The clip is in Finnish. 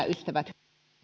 ystävät